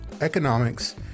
economics